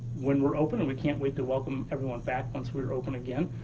when we're open, and we can't wait to welcome everyone back once we're open again,